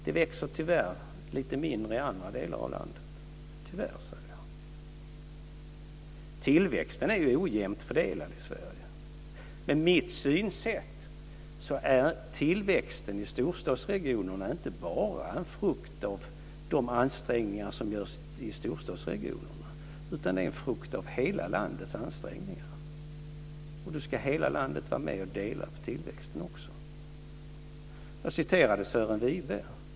Det växer, tyvärr säger jag, lite mindre i andra delar av landet. Tillväxten är ojämnt fördelad i Sverige. Med mitt synsätt är tillväxten i storstadsregionerna inte bara en frukt av de ansträngningar som görs just i storstadsregionerna, utan det är en frukt av hela landets ansträngningar, och då ska också hela landet vara med och dela på tillväxten. Jag citerade Sören Wibe.